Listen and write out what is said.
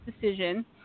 decision